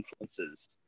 influences